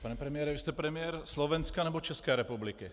Pane premiére, vy jste premiér Slovenska, nebo České republiky?